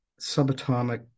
subatomic